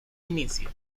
inicio